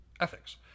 ethics